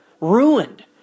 Ruined